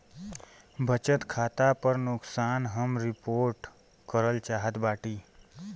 बचत खाता पर नुकसान हम रिपोर्ट करल चाहत बाटी